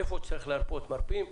איפה שצריך להרפות מרפים,